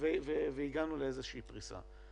והגענו לאיזושהי פריסה.